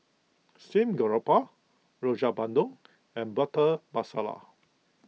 Steamed Garoupa Rojak Bandung and Butter Masala